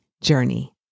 journey